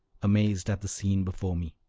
amazed at the scene before me.